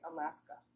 Alaska